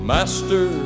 Master